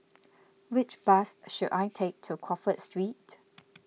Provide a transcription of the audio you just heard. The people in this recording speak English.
which bus should I take to Crawford Street